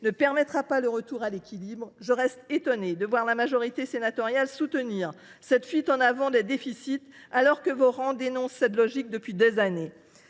ne permettra pas le retour à cet équilibre. Je reste étonnée de voir la majorité sénatoriale soutenir cette fuite en avant des déficits, alors que, dans ses rangs, on dénonce cette logique depuis des années.